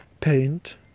paint